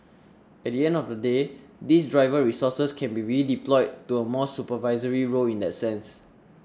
at the end of the day these driver resources can be redeployed to a more supervisory role in that sense